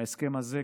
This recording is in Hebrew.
ההסכם הזה,